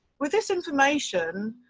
with this information